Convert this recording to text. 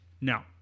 No